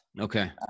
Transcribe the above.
Okay